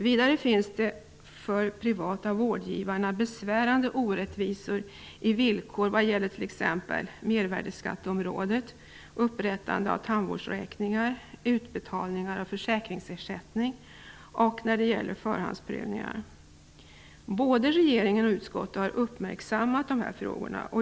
Vidare finns det besvärande orättvisor för de privata vårdgivarna i villkoren när det gäller t.ex. Både regeringen och utskottet har uppmärksammat de här frågorna.